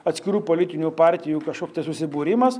atskirų politinių partijų kažkoks tai susibūrimas